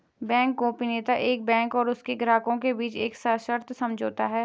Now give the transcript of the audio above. bank गोपनीयता एक bank और उसके ग्राहकों के बीच एक सशर्त समझौता है